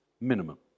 minimum